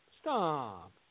Stop